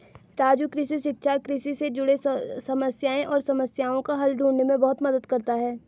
राजू कृषि शिक्षा कृषि से जुड़े समस्याएं और समस्याओं का हल ढूंढने में बहुत मदद करता है